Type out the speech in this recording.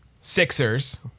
Sixers